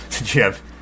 Jeff